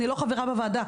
אני לא חברה בוועדה,